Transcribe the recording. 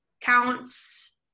counts